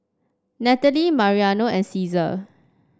Natalie Mariano and Ceasar